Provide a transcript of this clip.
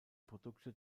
produkte